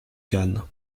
cannes